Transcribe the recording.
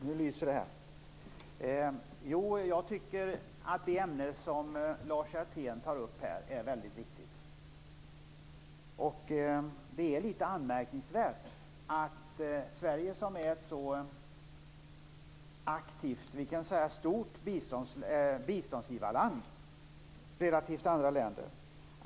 Fru talman! Jag tycker att det ämne som Lars Hjertén tar upp är väldigt viktigt. Sverige är ett aktivt biståndsgivarland i jämförelse med andra länder.